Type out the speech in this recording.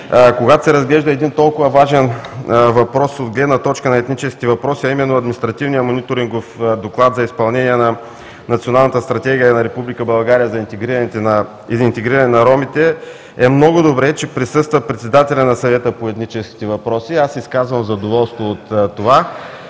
Когато се разглежда един толкова важен въпрос от гледна точка на етническите въпроси, а именно Административният мониторингов Доклад за изпълнение на Националната стратегия на Република България за интегриране на ромите, е много добре, че присъства председателят на Съвета по етническите въпроси. Аз изказвам задоволство от това